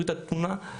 אני